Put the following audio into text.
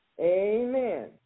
Amen